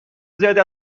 زیادی